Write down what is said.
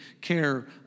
care